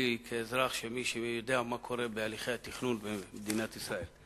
כאזרח שיודע מה קורה בהליכי התכנון במדינת ישראל.